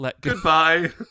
Goodbye